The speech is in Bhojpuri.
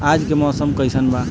आज के मौसम कइसन बा?